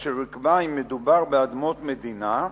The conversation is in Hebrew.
אשר יקבע אם מדובר באדמות מדינה"